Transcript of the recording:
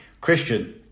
Christian